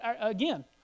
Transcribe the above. again